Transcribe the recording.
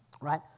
right